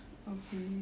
okay